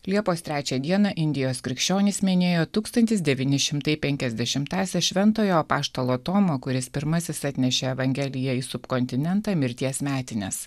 liepos trečią dieną indijos krikščionys minėjo tūkstantis devyni šimtai penkiasdešimtąsias šventojo apaštalo tomo kuris pirmasis atnešė evangeliją į subkontinentą mirties metines